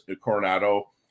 Coronado